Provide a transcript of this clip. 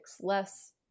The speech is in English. less